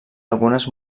algunes